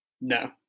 No